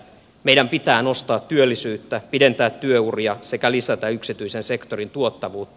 meidän pitää nostaa työllisyyttä pidentää työuria sekä lisätä yksityisen sektorin tuottavuutta